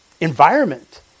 environment